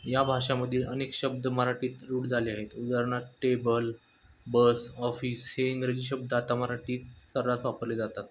या भाषामधील अनेक शब्द मराठीत रूट झाले आहेत उदाहरणार्थ टेबल बस ऑफिस हे इंग्रजी शब्द आता मराठीत सर्रास वापरले जातात